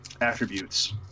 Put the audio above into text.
attributes